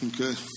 Okay